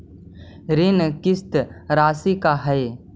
ऋण किस्त रासि का हई?